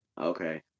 Okay